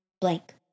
blank